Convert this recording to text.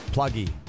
Pluggy